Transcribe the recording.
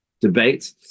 debate